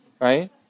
right